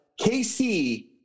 KC